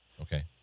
Okay